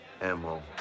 Ammo